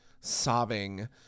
sobbing